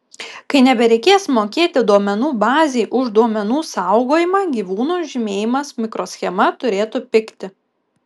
kai nebereikės mokėti duomenų bazei už duomenų saugojimą gyvūno žymėjimas mikroschema turėtų pigti